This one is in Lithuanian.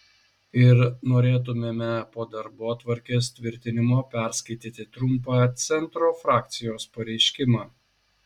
ir norėtumėme po darbotvarkės tvirtinimo perskaityti trumpą centro frakcijos pareiškimą